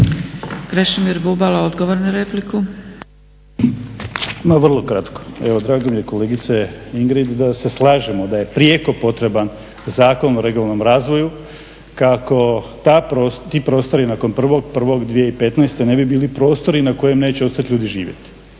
repliku. **Bubalo, Krešimir (HDSSB)** Ma vrlo kratko. Evo drago mi je kolegice Ingrid da se slažemo da je prijeko potreban Zakon o regionalnom razvoju kako ti prostori nakon 1.01.2015. ne bi bili prostori na kojima neće ostati ljudi živjeti.